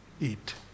eat